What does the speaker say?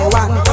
one